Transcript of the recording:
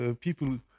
People